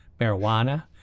marijuana